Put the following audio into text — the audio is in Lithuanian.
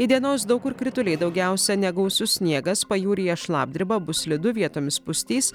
įdienojus daug kur krituliai daugiausia negausius sniegas pajūryje šlapdriba bus slidu vietomis pustys